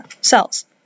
cells